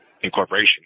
incorporation